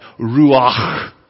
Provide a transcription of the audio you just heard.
ruach